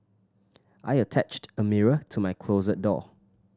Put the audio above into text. I attached a mirror to my closet door